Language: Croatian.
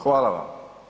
Hvala vam.